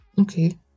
okay